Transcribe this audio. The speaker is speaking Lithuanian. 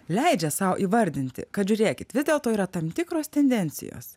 leidžia sau įvardinti kad žiūrėkit vis dėlto yra tam tikros tendencijos